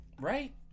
Right